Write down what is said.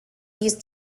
use